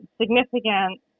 significant